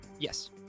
Yes